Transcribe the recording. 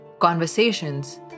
Conversations